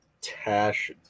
Tash